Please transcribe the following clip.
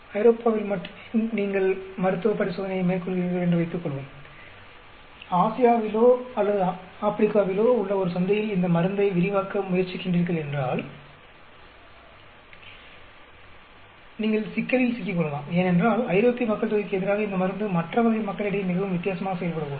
ஐரோப்பாவில் மட்டுமே நீங்கள் மருத்துவ பரிசோதனையை மேற்கொள்கிறீர்கள் என்று வைத்துக்கொள்வோம் ஆசியாவிலோ அல்லது ஆப்பிரிக்காவிலோ உள்ள ஒரு சந்தையில் இந்த மருந்தை விரிவாக்க முயற்சிகின்றீர்கள் என்றால் நீங்கள் சிக்கலில் சிக்கிக் கொள்ளலாம் ஏனென்றால் ஐரோப்பிய மக்கள்தொகைக்கு எதிராக இந்த மருந்து மற்ற வகை மக்களிடையே மிகவும் வித்தியாசமாக செயல்படக்கூடும்